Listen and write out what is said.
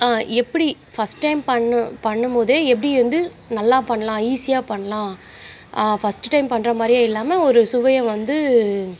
ஆ எப்படி first time பண்ணு பண்ணும்போதே எப்படி வந்து நல்லா பண்ணலாம் ஈஸியாக பண்ணலாம் ஃபஸ்ட்டு டைம் பண்ணுறா மாதிரியே இல்லாமல் ஒரு சுவையை வந்து